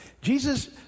Jesus